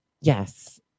Yes